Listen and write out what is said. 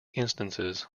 instances